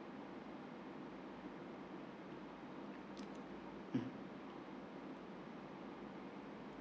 mm